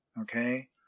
okay